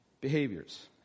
Behaviors